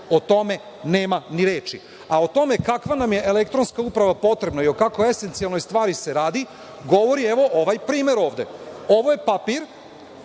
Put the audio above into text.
o tome nema ni reči.O tome kakva nam je elektronska uprava potrebna i o kakvoj esencijalnoj stvari se radi govori ovaj primer ovde. Ovo je papir